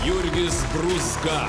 jurgis brūzga